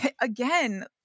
again